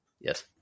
Yes